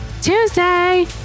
Tuesday